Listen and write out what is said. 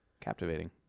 captivating